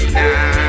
now